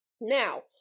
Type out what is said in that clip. Now